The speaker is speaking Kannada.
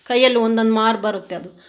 ಕೈಯಲ್ಲಿ ಒಂದೊಂದು ಮಾರು ಬರುತ್ತೆ ಅದು